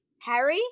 Harry